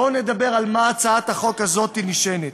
בואו נדבר על מה הצעת החוק הזאת נשענת.